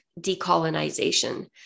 decolonization